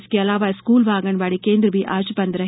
इसके अलावा स्कूल व आंगनवाडी केंद्र भी आज बंद रहे